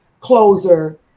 closer